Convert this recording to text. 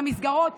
במסגרות